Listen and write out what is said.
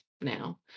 now